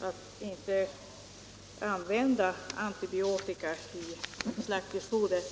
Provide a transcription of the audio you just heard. att inte använda antibiotika i slaktdjursfoder.